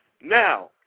Now